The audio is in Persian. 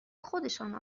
خودشان